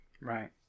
Right